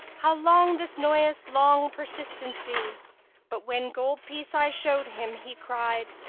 how long this noyous long persistency but when gold piece i showed him, he cried,